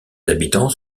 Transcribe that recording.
habitants